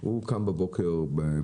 הוא הראשון שקם בבוקר בחורף,